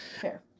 Fair